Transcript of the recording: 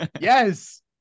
Yes